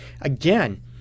Again